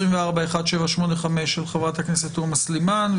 פ/1785/24 של חה"כ תומא סלימאן,